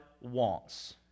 wants